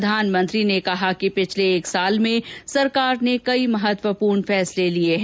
प्रधानमंत्री ने कहा कि पिछले एक वर्ष में सरकार ने कई महत्वपूर्ण फैसले लिए हैं